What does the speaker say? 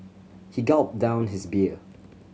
he gulped down his beer